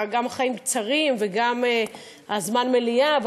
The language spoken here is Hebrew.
גם החיים קצרים וגם זמן המליאה,